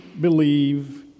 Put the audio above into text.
believe